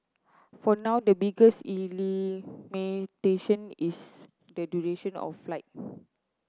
for now the biggest limitation is the duration of flight